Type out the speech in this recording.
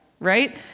right